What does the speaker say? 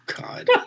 God